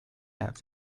have